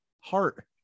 heart